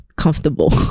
comfortable